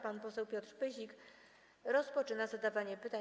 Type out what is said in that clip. Pan poseł Piotr Pyzik rozpoczyna zadawanie pytań.